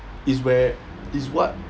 is where is what